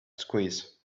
squeeze